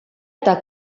eta